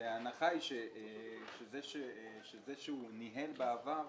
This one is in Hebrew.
ההנחה היא שזה שהוא ניהל בעבר